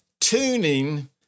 tuning